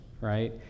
right